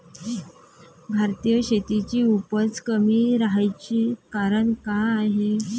भारतीय शेतीची उपज कमी राहाची कारन का हाय?